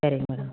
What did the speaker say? சேரிங்க மேடம்